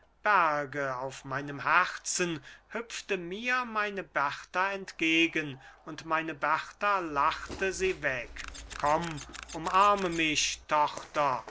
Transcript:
berge auf meinem herzen hüpfte mir meine berta entgegen und meine berta lachte sie weg komm umarme mich tochter